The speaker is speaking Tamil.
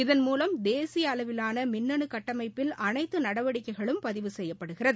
இதன்மூலம் தேசிய அளவிலான மின்னனு கட்டமைப்பில் அனைத்து நடவடிக்கைகளும் பதிவு செய்யப்படுகிறது